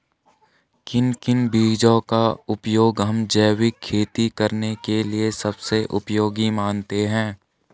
किन किन बीजों का उपयोग हम जैविक खेती करने के लिए सबसे उपयोगी मानते हैं?